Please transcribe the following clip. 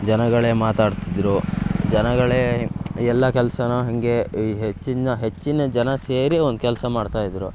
ಜನಗಳೇ ಮಾತಾಡ್ತಿದ್ದರು ಜನಗಳೇ ಎಲ್ಲ ಕೆಲ್ಸವನ್ನೂ ಹಾಗೆ ಈ ಹೆಚ್ಚಿನ ಹೆಚ್ಚಿನ ಜನ ಸೇರಿ ಒಂದು ಕೆಲಸ ಮಾಡ್ತಾಯಿದ್ದರು